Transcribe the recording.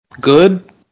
good